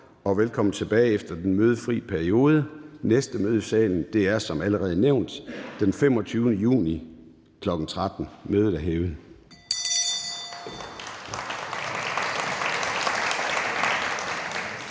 og velkommen tilbage efter den mødefri periode. Næste møde i salen er som allerede nævnt den 25. juni kl. 13.00. Mødet er hævet.